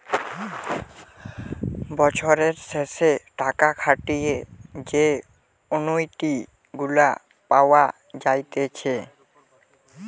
বছরের শেষে টাকা খাটিয়ে যে অনুইটি গুলা পাওয়া যাইতেছে